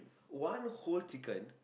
one whole chicken